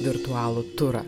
virtualų turą